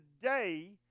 today